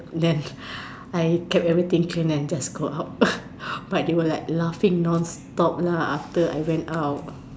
then I kept everything and I went out but they were laughing non stop after I went out